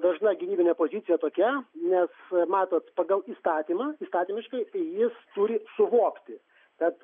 dažna gynybinė pozicija tokia nes matot pagal įstatymą įstatymiškai jis turi suvokti kad